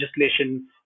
legislation